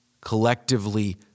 collectively